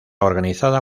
organizada